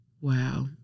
Wow